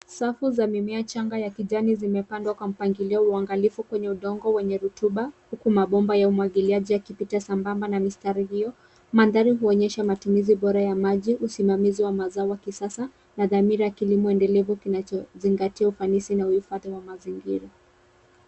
Safu za mimea changa ya kijani zimepandwa kwa mpangilio na uangalifu kwenye udongo wenye rotuba huku mabomba ya umwagiliaji yakipita sambamba na mistari hio. Mandhari huonyesha matumizi bora ya maji, usimamizi wa mazao wa kisasa na dhamira kilimo enedelevu kinachozingatia ufanisi na uhifadhi wa mazingira.